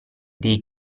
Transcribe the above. dei